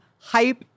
hype